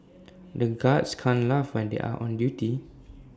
the guards can't laugh when they are on duty